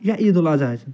یا عیٖدُالاضحیٰ ٲسِن